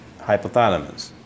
hypothalamus